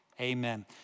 Amen